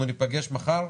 אנחנו ניפגש מחר,